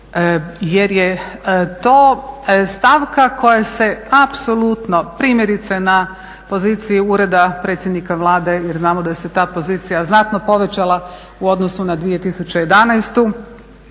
jer je to stavka koja se apsolutno, primjerice na poziciji Ureda predsjednika Vlade jer znamo da se ta pozicija znatno povećala u odnosu na 2011.,